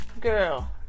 girl